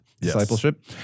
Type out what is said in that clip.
discipleship